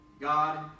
God